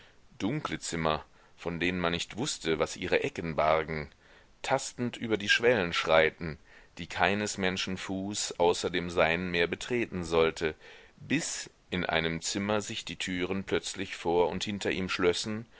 dunkle zimmer von denen man nicht wußte was ihre ecken bargen tastend über die schwellen schreiten die keines menschen fuß außer dem seinen mehr betreten sollte bis in einem zimmer sich die türen plötzlich vor und hinter ihm schlössen